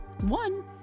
one